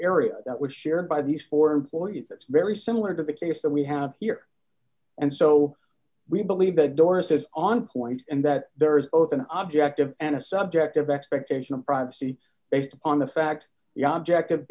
area that was shared by these four employees it's very similar to the case that we have here and so we believe that doris is on point and that there is both an objective and a subjective expectation of privacy based on the fact the object of